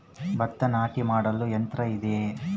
ಭತ್ತ ನಾಟಿ ಮಾಡಲು ಯಂತ್ರ ಇದೆಯೇ?